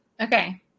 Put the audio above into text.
Okay